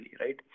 right